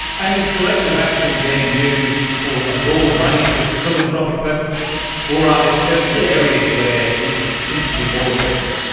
and is collective action being used for a broad range of philanthropic purposes, or are there certain yeah areas where it it seems to be more applicable?